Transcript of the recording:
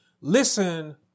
listen